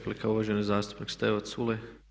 Replika, uvaženi zastupnik Stevo Culej.